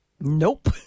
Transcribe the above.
Nope